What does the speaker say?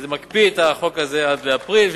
שזה מקפיא את החוק הזה עד אפריל,